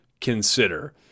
consider